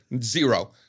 zero